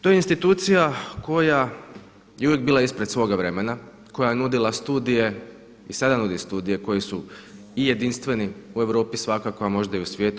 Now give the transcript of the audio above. To je institucija koja je uvijek bila ispred svoga vremena, koja je nudila studije i sada nudi studije koji su i jedinstveni u Europi svakako, a možda i u svijetu.